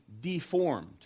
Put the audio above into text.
deformed